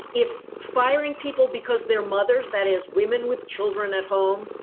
if firing people because they're mothers, that is women with children at home.